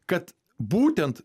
kad būtent